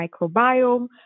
microbiome